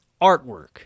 artwork